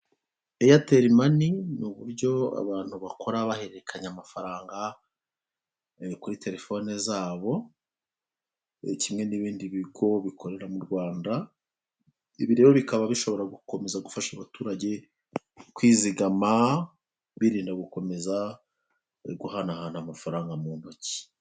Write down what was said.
Eyateri mani ni uburyo abantu bakora bahererekanya amafaranga kuri telefoni zabo kimwe n'ibindi bigo bikorera mu Rwanda, ibi rero bikaba bishobora gukomeza gufasha abaturage kwizigama birinda gukomeza guhanahana amafaranga mu ntoki.